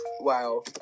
Wow